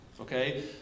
Okay